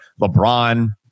LeBron